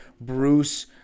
Bruce